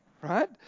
right